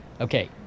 Okay